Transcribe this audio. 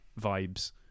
vibes